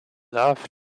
love